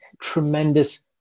tremendous